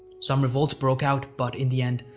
some revolts broke out but, in the end,